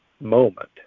moment